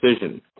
decision